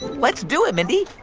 let's do it, mindy